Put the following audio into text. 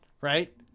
right